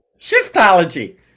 Shiftology